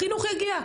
החינוך יגיע.